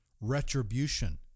retribution